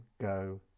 go